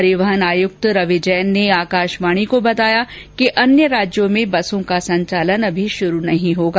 परिवहन आयुक्त रवि जैन ने आकाशवाणी को बताया कि अन्य राज्यों में बसों को संचालन अभी शुरू नहीं होगा